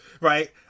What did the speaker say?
right